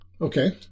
Okay